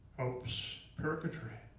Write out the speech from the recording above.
hope's purgatory.